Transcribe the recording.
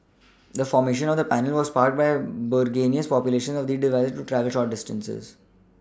the formation of the panel was sparked by burgeoning population of these devices to travel short distances